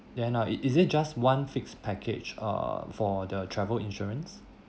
then ah it is it just one fixed package uh for the travel insurance